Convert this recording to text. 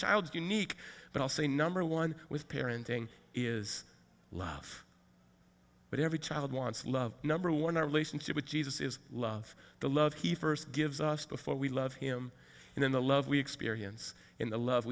child is unique but i'll say number one with parenting is love but every child wants love number one our relationship with jesus is love the love he first gives us before we love him and then the love we experience in the love